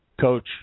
coach